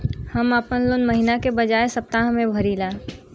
हम आपन लोन महिना के बजाय सप्ताह में भरीला